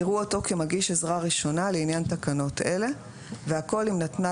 יראו אותו כמגיש עזרה ראשונה לעניין תקנות אלה והכל אם נתנה